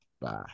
Bye